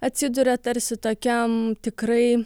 atsiduria tarsi tokiam tikrai